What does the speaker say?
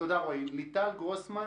ליטל גרוסמן